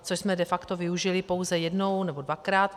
Což jsme de facto využili pouze jednou, nebo dvakrát.